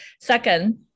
Second